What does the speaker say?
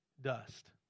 Dust